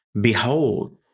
behold